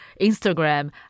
Instagram